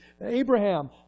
Abraham